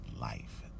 Life